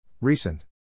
Recent